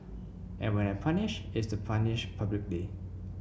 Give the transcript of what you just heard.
and when I punish it's to punish publicly